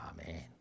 Amen